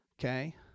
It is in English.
Okay